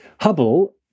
Hubble